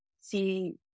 see